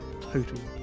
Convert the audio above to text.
total